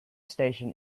station